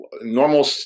normal